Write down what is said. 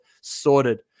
sorted